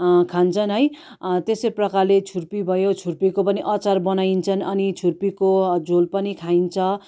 खान्छन् है त्यस्तै प्रकारले छुर्पी भयो छुर्पीको पनि अचार बनाइन्छन् अनि छुर्पीको झोल पनि खाइन्छ